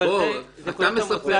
אני פוסל את האנשים,